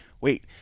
wait